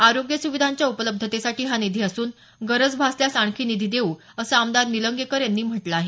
आरोग्य सुविधांच्या उपलब्धतेसाठी हा निधी असून गरज भासल्यास आणखी निधी देऊ असं आमदार निलंगेकर यांनी म्हटलं आहे